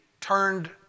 turned